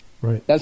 Right